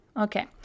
Okay